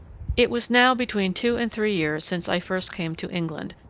it was now between two and three years since i first came to england,